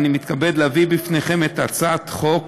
אני מתכבד להביא בפניכם את הצעת חוק